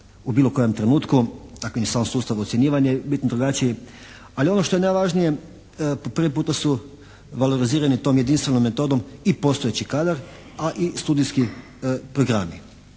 u bilo kojem trenutku, dakle i sam sustav ocjenjivanja je bitno drugačiji. Ali ono što je najvažnije prvi puta su valorizirani tom jedinstvenom metodom i postojeći kadar a i studijski programi.